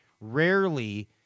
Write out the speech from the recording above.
rarely